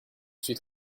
suis